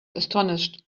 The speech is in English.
astonished